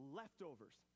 leftovers